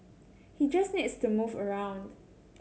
he just needs to move around